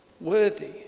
worthy